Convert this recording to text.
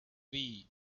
wii